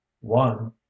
one